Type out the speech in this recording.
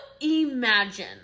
imagine